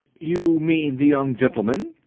you mean the young gentleman?